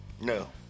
No